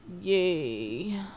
Yay